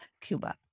Cuba